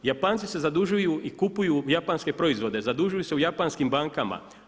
Japanci se zadužuju i kupuju japanske proizvode, zadužuju se u japanskim bankama.